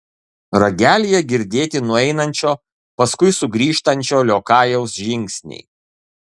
ragelyje girdėti nueinančio paskui sugrįžtančio liokajaus žingsniai